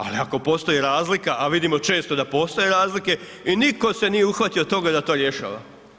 Ali, ako postoji razlika, a vidimo često da postoje razlike i nitko se nije uhvatio toga da to rješava.